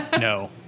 No